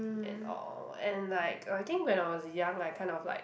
and all and like I think when I was young I kind of like